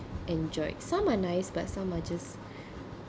enjoy some are nice but some are just